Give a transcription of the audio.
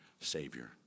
Savior